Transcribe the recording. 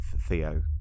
Theo